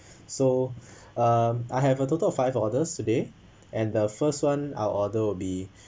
so um I have a total of five orders today and the first [one] our order will be